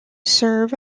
serve